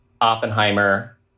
Oppenheimer